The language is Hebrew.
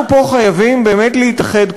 אנחנו פה חייבים באמת להתאחד,